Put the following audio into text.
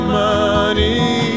money